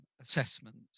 assessments